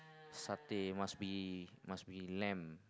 satay must be must be lamb